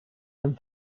and